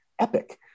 epic